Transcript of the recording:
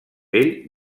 ell